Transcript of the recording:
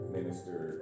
Minister